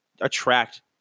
attract